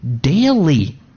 daily